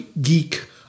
geek